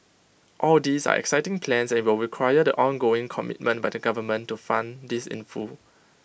all these are exciting plans and IT will require the ongoing commitment by the government to fund this in full